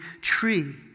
tree